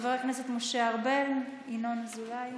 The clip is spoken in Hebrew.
חבר הכנסת משה ארבל, ינון אזולאי,